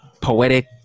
poetic